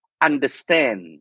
understand